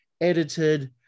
edited